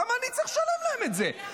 למה אני צריך לשלם להם את זה?